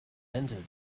entered